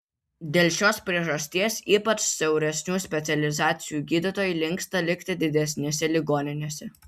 dėl šios priežasties ypač siauresnių specializacijų gydytojai linksta likti didesnėse ligoninėse